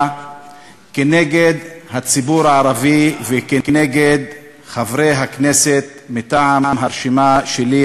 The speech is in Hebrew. נגד הציבור הערבי ונגד חברי הכנסת מטעם הרשימה שלי,